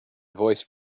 voice